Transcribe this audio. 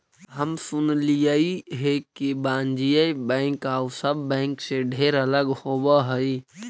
हम सुनलियई हे कि वाणिज्य बैंक आउ सब बैंक से ढेर अलग होब हई